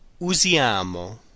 usiamo